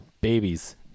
babies